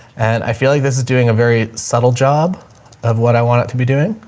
and i feel like this is doing a very subtle job of what i want it to be doing.